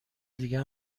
دیگه